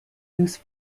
loose